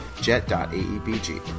jet.aebg